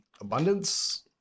abundance